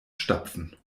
stapfen